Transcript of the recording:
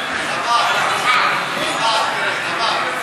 ביציות בין בנות-זוג), התשע"ו 2016,